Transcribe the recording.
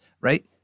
right